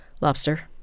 Lobster